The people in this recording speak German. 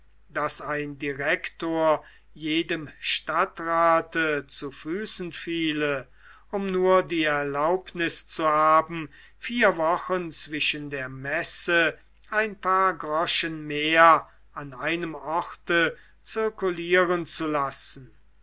daß ein direktor jedem stadtrate zu füßen fiele um nur die erlaubnis zu haben vier wochen zwischen der messe ein paar groschen mehr an einem orte zirkulieren zu lassen